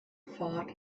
fought